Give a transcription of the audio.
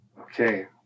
Okay